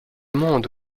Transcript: monde